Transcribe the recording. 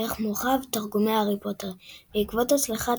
ערך מורחב – תרגומי הארי פוטר בעקבות הצלחת